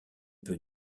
peut